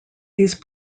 these